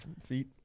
feet